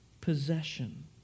possession